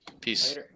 Peace